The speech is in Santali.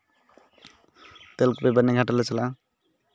ᱛᱮᱹᱞᱠᱩᱯᱤ ᱵᱟᱹᱨᱱᱤᱜᱷᱟᱴ ᱞᱮ ᱪᱟᱞᱟᱜᱼᱟ